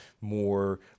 more